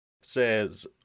says